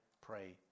pray